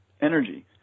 energy